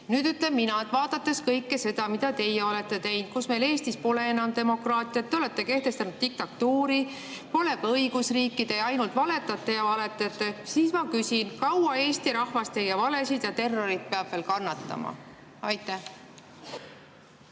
Eesti huvides." Vaadates kõike seda, mida teie olete teinud – meil Eestis pole enam demokraatiat, te olete kehtestanud diktatuuri, pole ka õigusriiki, te ainult valetate ja valetate –, ma küsin: kaua peab Eesti rahvas teie valesid ja terrorit veel kannatama? Aitäh!